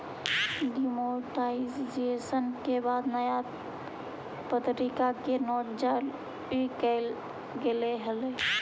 demonetisation के बाद नया प्तरीका के नोट जारी कैल गेले हलइ